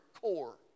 core